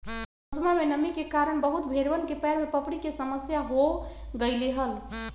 मौसमा में नमी के कारण बहुत भेड़वन में पैर के पपड़ी के समस्या हो गईले हल